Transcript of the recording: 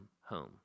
home